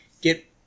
get